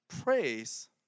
Praise